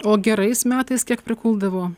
o gerais metais kiek prikuldavo